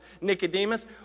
Nicodemus